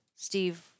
Steve